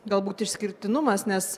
galbūt išskirtinumas nes